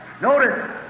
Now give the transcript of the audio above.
Notice